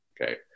Okay